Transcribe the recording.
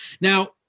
Now